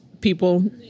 people